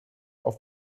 auf